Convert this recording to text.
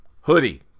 Hoodie